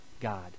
God